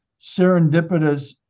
serendipitous